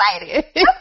excited